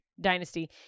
dynasty